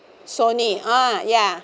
sony ah ya